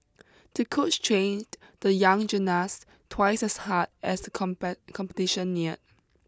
to coach trained the young gymnast twice as hard as the competition near